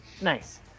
Nice